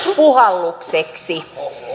puhallukseksi